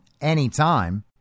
anytime